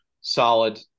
solid